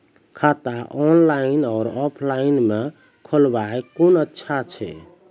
खाता ऑनलाइन और ऑफलाइन म खोलवाय कुन अच्छा छै?